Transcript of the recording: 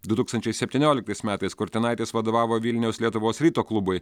du tūkstančiai septynioliktais metais kurtinaitis vadovavo vilniaus lietuvos ryto klubui